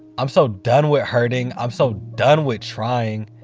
i'm so done with hurting. i'm so done with trying.